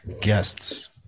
guests